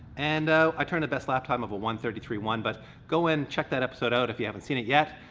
and turned the best lap time of a one thirty three one. but go and check that episode out if you haven't seen it yet.